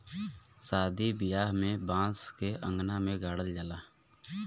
सादी बियाह में बांस के अंगना में गाड़ल जाला